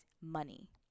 money